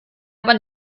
aber